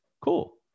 cool